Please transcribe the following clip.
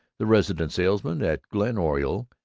the resident salesman at glen oriole,